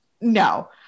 no